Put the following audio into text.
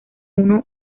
uno